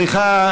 סליחה,